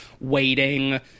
waiting